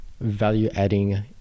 value-adding